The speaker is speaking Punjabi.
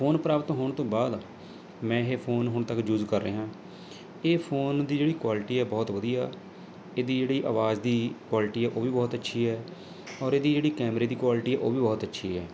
ਫ਼ੋਨ ਪ੍ਰਾਪਤ ਹੋਣ ਤੋਂ ਬਾਅਦ ਮੈਂ ਇਹ ਫ਼ੋਨ ਹੁਣ ਤੱਕ ਯੂਜ ਕਰ ਰਿਹਾ ਇਹ ਫ਼ੋਨ ਦੀ ਜਿਹੜੀ ਕੁਆਲੀਟੀ ਹੈ ਬਹੁਤ ਵਧੀਆ ਇਹਦੀ ਜਿਹੜੀ ਅਵਾਜ਼ ਦੀ ਕੁਆਲਟੀ ਹੈ ਉਹ ਵੀ ਬਹੁਤ ਅੱਛੀ ਹੈ ਔਰ ਇਹਦੀ ਜਿਹੜੀ ਕੈਮਰੇ ਦੀ ਕੁਆਲਟੀ ਹੈ ਉਹ ਵੀ ਬਹੁਤ ਅੱਛੀ ਹੈ